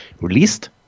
released